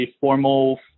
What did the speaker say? formal